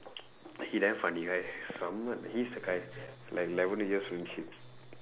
he damn funny guy somewhat he's the guy like like everybody just know him